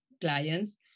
clients